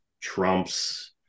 Trump's